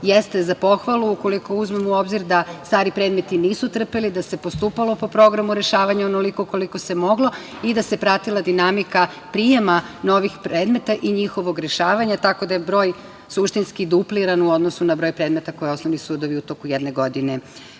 jeste za pohvalu, ukoliko uzmemo u obzir da stari predmeti nisu trpeli, da se postupalo po programu rešavanja onoliko koliko se moglo i da se pratila dinamika prijema novih predmeta i njihovog rešavanja, tako da je broj suštinski dupliran u odnosu na broj predmeta koje osnovni sudovi u toku jedne godine